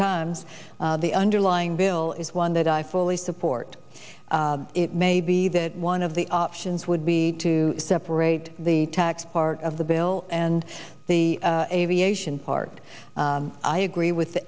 times the underlying bill is one that i fully support it may be that one of the options would be to separate the tax part of the bill and the aviation part i agree with the